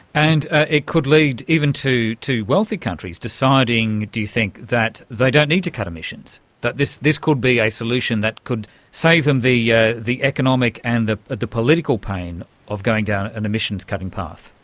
and it could lead even to to wealthy countries deciding, do you think, that they don't need to cut emissions, that this this could be a solution that could save them yeah the economic and the the political pain of going down an emissions cutting path?